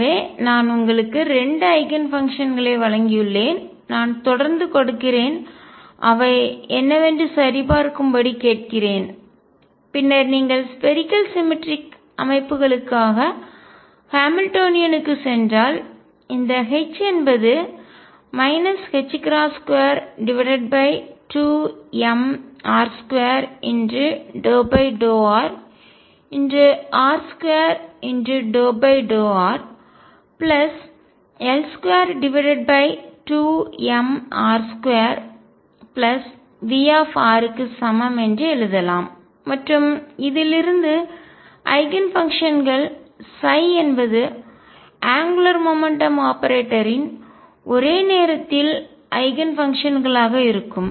எனவே நான் உங்களுக்கு 2 ஐகன் ஃபங்க்ஷன்ஸ் களை வழங்கினேன் நான் தொடர்ந்து கொடுக்கிறேன் அவை என்னவென்று சரிபார்க்கும்படி கேட்கிறேன் பின்னர் நீங்கள் ஸ்பேரிக்கல் சிமெட்ரிக் கோள சமச்சீர் அமைப்புகளுக்காக ஹாமில்டோனியனுக்குச் சென்றால் இந்த H என்பது ℏ22mr2∂rr2∂rL22mr2V க்கு சமம் என்று எழுதலாம் மற்றும் இதிலிருந்து ஐகன்ஃபங்க்ஷன்கள் என்பது அங்குலார் மொமெண்ட்டம் கோண உந்தம் ஆபரேட்டரின் ஒரே நேரத்தில் ஐகன்ஃபங்க்ஷன்களாக இருக்கும்